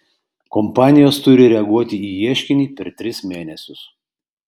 kompanijos turi reaguoti į ieškinį per tris mėnesius